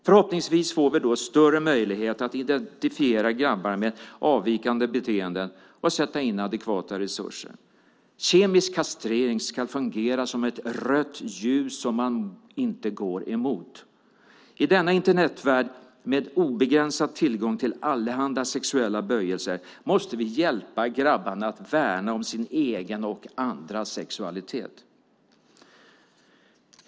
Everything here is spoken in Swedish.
Förhoppningsvis får vi då större möjligheter att identifiera grabbar med avvikande beteende och sätta in adekvata resurser. Kemisk kastrering ska fungera som ett rött ljus som man inte går emot. I denna Internetvärld med obegränsad tillgång till allehanda sexuella böjelser måste vi hjälpa grabbarna att värna om sin egen och andras sexualitet.